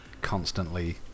constantly